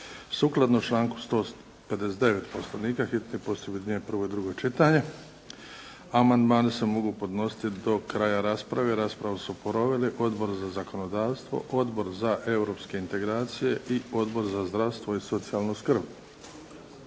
Sukladno članku 159. Poslovnika hitni postupak objedinjuje prvo i drugo čitanje. Amandmani se mogu podnositi do kraja rasprave. Raspravu su proveli: Odbor za zakonodavstvo, Odbor za europske integracije i Odbor za zdravstvo i socijalnu skrb.